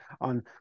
on